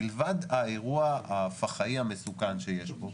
מלבד האירוע הפח"עי המסוכן שיש בו,